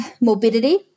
morbidity